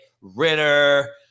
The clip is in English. Ritter